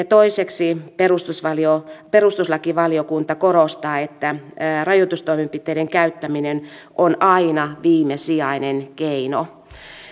toiseksi perustuslakivaliokunta perustuslakivaliokunta korostaa että rajoitustoimenpiteiden käyttäminen on aina viimesijainen keino